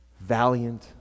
valiant